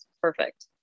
perfect